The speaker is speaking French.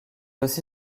aussi